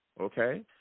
okay